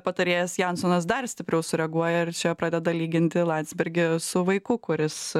patarėjas jansonas dar stipriau sureaguoja ir čia pradeda lyginti landsbergį su vaiku kuris